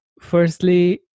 firstly